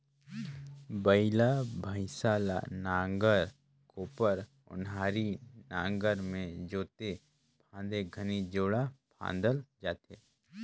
बइला भइसा ल नांगर, कोपर, ओन्हारी नागर मे जोते फादे घनी जोड़ा फादल जाथे